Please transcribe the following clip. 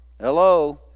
Hello